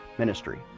ministry